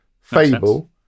Fable